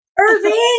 Irving